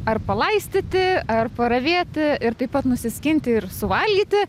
ar palaistyti ar paravėti ir taip pat nusiskinti ir suvalgyti